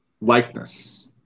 likeness